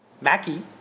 Mackie